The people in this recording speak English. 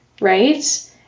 Right